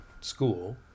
school